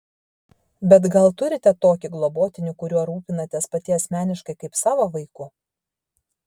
bet gal turite tokį globotinį kuriuo rūpinatės pati asmeniškai kaip savo vaiku